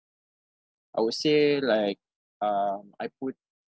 I would say like um I put